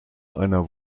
einer